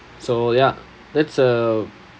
so ya that's a